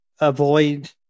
avoid